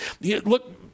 look